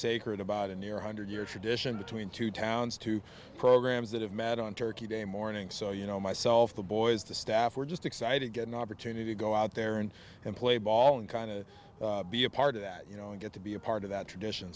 sacred about a near one hundred year tradition between two towns two programs that have met on turkey day morning so you know myself the boys the staff were just excited to get an opportunity to go out there and play ball and kind of be a part of that you know and get to be a part of that tradition